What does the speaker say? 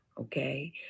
Okay